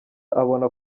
abona